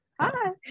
Hi